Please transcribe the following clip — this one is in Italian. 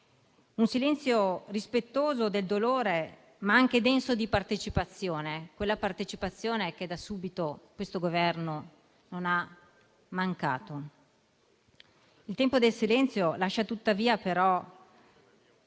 Un silenzio rispettoso del dolore, ma anche denso di partecipazione, quella partecipazione che da subito questo Governo non ha mancato. Il tempo del silenzio lascia però